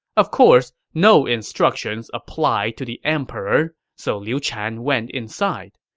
of course, no instructions applied to the emperor, so liu chan went inside.